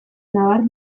nabar